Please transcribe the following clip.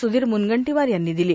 स्धीर म्नगंटीवार यांनी दिली